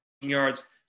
yards